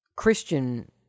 christian